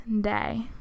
day